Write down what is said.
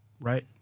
right